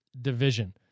division